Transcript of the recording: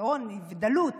שבה יש מחסור ועוני ודלות